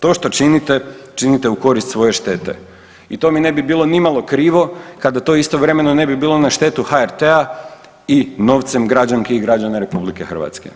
To što činite, činite u korist svoje štete i to mi ne bi bilo nimalo krivo kada to istovremeno ne bi bilo na štetu HRT-a i novcem građanki i građana RH.